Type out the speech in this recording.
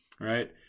right